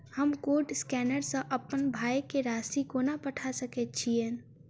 हम code scanner सँ अप्पन भाय केँ राशि कोना पठा सकैत छियैन?